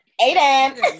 Aiden